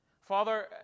Father